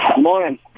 Morning